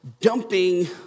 dumping